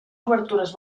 obertures